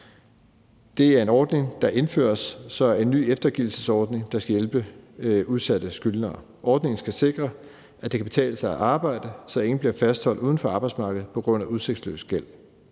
Det er en ordning, der indføres som en ny eftergivelsesordning, der skal hjælpe udsatte skyldnere. Ordningen skal sikre, at det kan betale sig at arbejde, så ingen bliver fastholdt uden for arbejdsmarkedet på grund af udsigtsløs gæld.